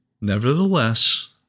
Nevertheless